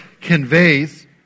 conveys